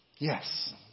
Yes